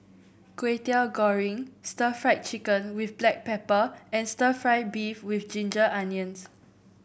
Kway Teow Goreng stir Fry Chicken with Black Pepper and stir fry beef with Ginger Onions